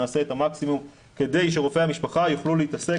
נעשה את המקסימום כדי שרופאי המשפחה יוכלו להתעסק